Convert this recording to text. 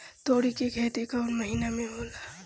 तोड़ी के खेती कउन महीना में होला?